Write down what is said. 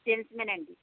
క్రిస్టియన్స్మే నండి